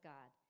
God